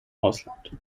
ausland